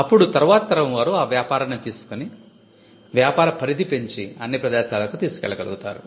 అప్పుడు తరువాతి తరం వారు ఆ వ్యాపారాన్ని తీసుకొని వ్యాపార పరిధి పెంచి అన్ని ప్రదేశాలకు తీసుకెళ్లగలుగుతారు